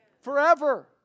forever